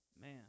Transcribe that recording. man